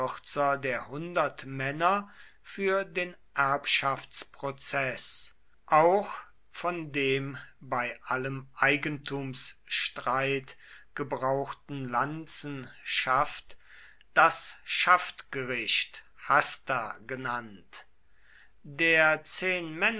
der hundertmänner für den erbschaftsprozeß auch von dem bei allem eigentumsstreit gebrauchten lanzenschaft das schaftgericht hasta genannt der